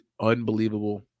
unbelievable